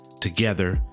together